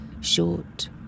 short